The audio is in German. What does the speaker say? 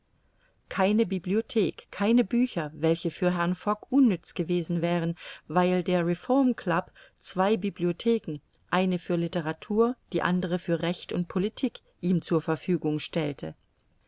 keine bibliothek keine bücher welche für herrn fogg unnütz gewesen wären weil der reformclub zwei bibliotheken eine für literatur die andere für recht und politik ihm zur verfügung stellte